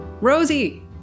rosie